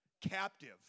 captive